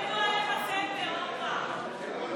פעם יכתבו עליך ספר, אורבך.